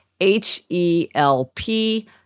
H-E-L-P